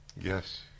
Yes